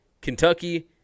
Kentucky